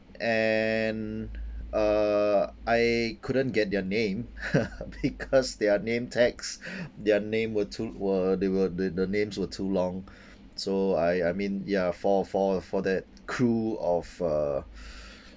and uh I couldn't get their name because their name tags their name were too were they were the the names were too long so I I mean ya for for for that crew of uh